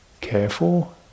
careful